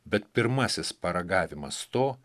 bet pirmasis paragavimas to